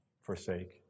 forsake